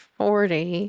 forty